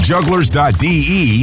Jugglers.de